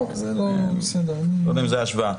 אני לא יודע אם זו ההשוואה.